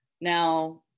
Now